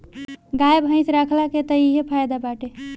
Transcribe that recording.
गाई भइस रखला के तअ इहे फायदा बाटे